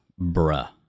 bruh